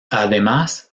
además